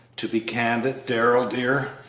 to be candid, darrell dear,